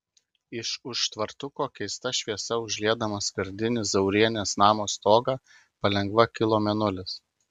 iš už tvartuko keista šviesa užliedamas skardinį zaurienės namo stogą palengva kilo mėnulis